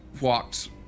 walked